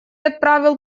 отправил